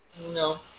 No